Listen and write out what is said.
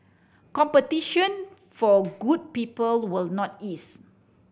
competition for good people will not ease